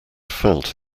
felt